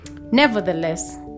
Nevertheless